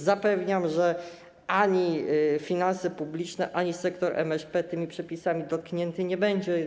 Zapewniam, że ani finanse publiczne, ani sektor MŚP tymi przepisami dotknięte nie będą.